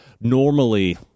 normally